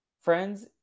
Friends